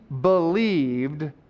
believed